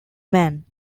mann